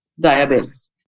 diabetes